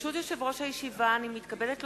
ברשות יושב-ראש הישיבה, אני מתכבדת להודיעכם,